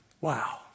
Wow